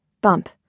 bump